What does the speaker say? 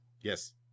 yes